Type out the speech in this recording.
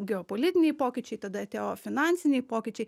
geopolitiniai pokyčiai tada atėjo finansiniai pokyčiai